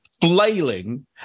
flailing